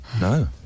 No